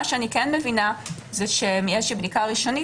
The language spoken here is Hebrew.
מה שאני כן מבינה מבדיקה ראשונית,